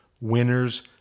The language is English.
winners